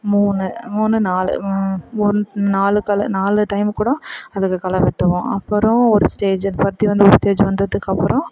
மூணு மூணு நாலு ஒன் நாலு களை நாலு டைம் கூடம் அதுக்கு களை வெட்டுவோம் அப்புறம் ஒரு ஸ்டேஜ் பருத்தி வந்து ஒரு ஸ்டேஜ் வந்ததுக்கப்புறம்